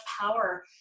power